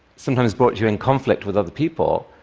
sometimes brought you in conflict with other people.